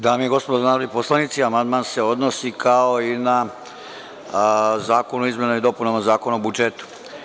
Dame i gospodo narodni poslanici, amandman se odnosi kao i na zakon o izmenama i dopunama Zakona o budžetu.